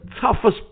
toughest